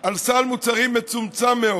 על סל מוצרים מצומצם: